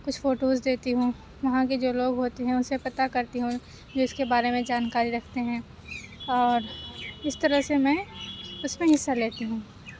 کچھ فوٹوز دیکھتی ہوں وہاں کے جو لوگ ہوتے ہیں اُن سے پتہ کرتی ہوں جس کے بارے میں جانکاری رکھتے ہیں اور اِس طرح سے میں اُس میں حصّہ لیتی ہوں